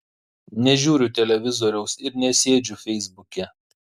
nežiūriu televizoriaus ir nesėdžiu feisbuke